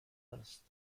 است